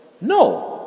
No